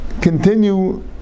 continue